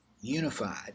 unified